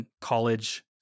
college